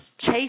chase